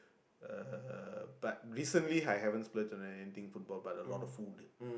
uh but recently I haven't splurge on anything football but a lot of food